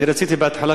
אני רציתי בהתחלה,